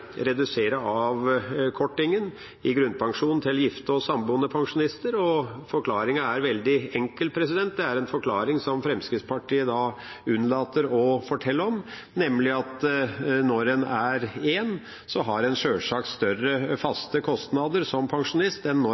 redusere avkortinga i grunnpensjonen til gifte og samboende pensjonister. Forklaringa er veldig enkel, og er en forklaring som Fremskrittspartiet unnlater å fortelle om: Når en er én, har en sjølsagt større faste kostnader som pensjonist enn når